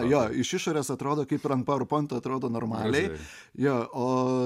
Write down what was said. jo iš išorės atrodo kaip ir ant poverpointo atrodo normaliai jo o